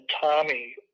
Tommy